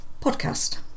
podcast